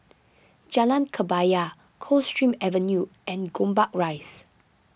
Jalan Kebaya Coldstream Avenue and Gombak Rise